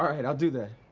all right, i'll do that.